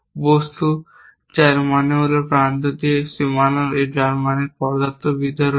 বস্তু যার মানে হল প্রান্তটি হল সীমানা যার মানে পদার্থ ভিতরে রয়েছে